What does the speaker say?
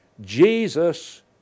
Jesus